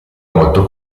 molto